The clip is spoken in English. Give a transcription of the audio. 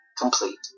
complete